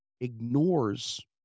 ignores